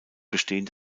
bestehen